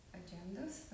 agendas